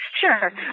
Sure